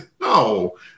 no